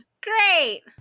great